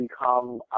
become